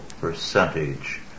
percentage